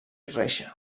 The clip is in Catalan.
reixa